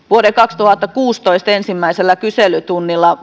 vuoden kaksituhattakuusitoista ensimmäisellä kyselytunnilla